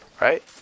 Right